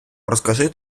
розкажи